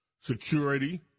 security